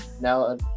now